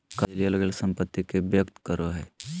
कर्ज लेल गेल संपत्ति के व्यक्त करो हइ